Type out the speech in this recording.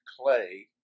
Clay